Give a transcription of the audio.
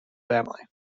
family